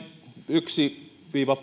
yksi viiva